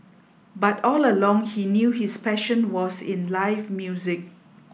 but all along he knew his passion was in live music